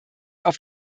auf